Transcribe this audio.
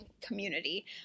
community